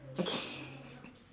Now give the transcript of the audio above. okay